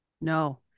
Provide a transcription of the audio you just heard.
No